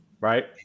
Right